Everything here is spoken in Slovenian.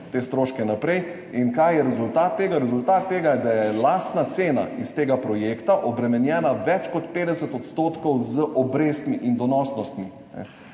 te stroške naprej. Kaj je rezultat tega? Rezultat tega je, da je lastna cena iz tega projekta obremenjena več kot 50 % z obrestmi in donosnostmi.